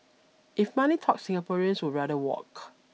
if money talks Singaporeans would rather walk